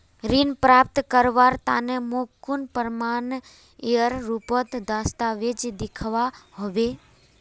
ऋण प्राप्त करवार तने मोक कुन प्रमाणएर रुपोत दस्तावेज दिखवा होबे?